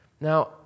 Now